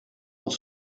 pour